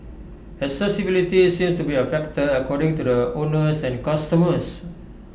accessibility seems to be A factor according to the owners and customers